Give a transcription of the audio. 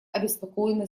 обеспокоены